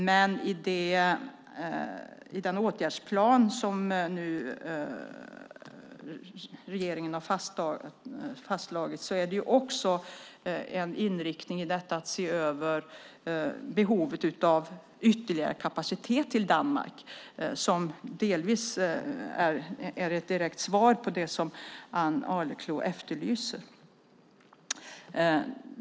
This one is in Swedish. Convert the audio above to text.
Men i den åtgärdsplan som regeringen har fastslagit finns också en inriktning att se över behovet av ytterligare kapacitet till Danmark, som delvis är ett direkt svar på det som Ann Arleklo efterlyser.